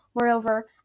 Moreover